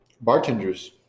bartenders